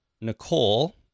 Nicole